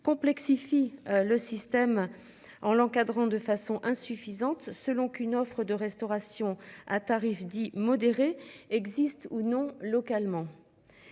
complexifie le système en l'encadrant de façon insuffisante selon qu'une offre de restauration à tarifs dits modérés existe ou non localement.